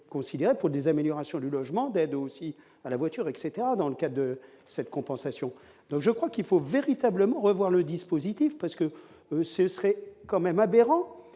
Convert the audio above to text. pour des améliorations du logement d'aide aussi à la voiture etc, dans le cas de cette compensation, donc je crois qu'il faut véritablement, revoir le dispositif parce que ce serait quand même aberrant